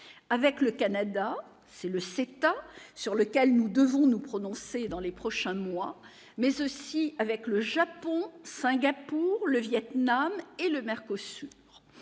avec le Canada, c'est le CETA sur lequel nous devons nous prononcer dans les prochains mois, mais aussi avec le Japon, Singapour, le Vietnam et le maire,